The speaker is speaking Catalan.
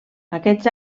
aquests